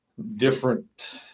different